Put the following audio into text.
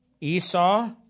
Esau